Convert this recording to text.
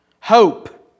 Hope